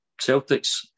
Celtics